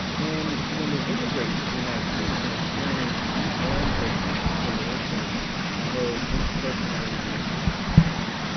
and when they immigrate to the united states and experience new forms of discrimination ah both interpersonally and institutionally,